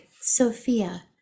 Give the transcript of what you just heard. Sophia